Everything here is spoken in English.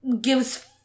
gives